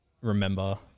remember